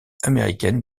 américaine